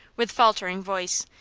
with faltering voice,